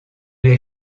les